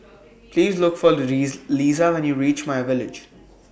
Please Look For Liza when YOU REACH MyVillage